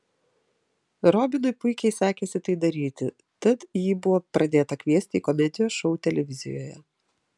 robinui puikiai sekėsi tai daryti tad jį buvo pradėta kviesti į komedijos šou televizijoje